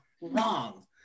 wrong